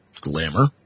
glamour